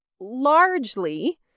largely